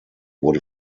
wurde